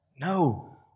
No